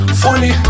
funny